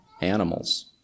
animals